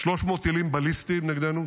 300 טילים בליסטיים נגדנו.